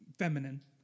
feminine